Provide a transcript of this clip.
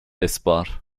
essbar